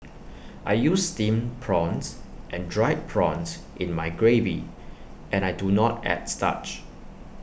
I use Steamed prawns and Dried prawns in my gravy and I do not add starch